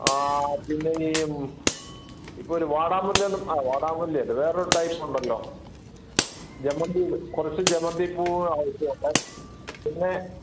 പിന്നെ ഈ ഇപ്പോൾ ഒരു വാടാർമുല്ല എന്ന് ആ വാടാർമുല്ലയല്ല വേറെയൊരു ടൈപ് ഉണ്ടല്ലോ ജമന്തി കുറച്ച് ജമന്തിപൂവ് ആവശ്യം ഉണ്ട് പിന്നെ